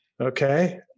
Okay